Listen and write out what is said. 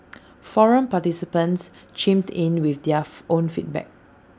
forum participants chimed in with their own feedback